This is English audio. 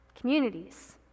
communities